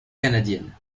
canadienne